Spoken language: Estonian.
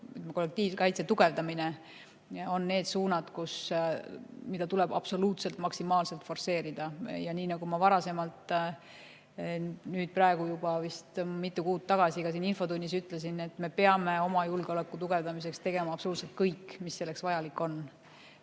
kollektiivkaitse tugevdamine on need suunad, mida tuleb maksimaalselt forsseerida. Ja nii nagu ma nüüd juba mitu kuud tagasi siin infotunnis ütlesin, me peame oma julgeoleku tugevdamiseks tegema absoluutselt kõik, mis selleks vajalik on.